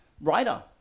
writer